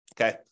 Okay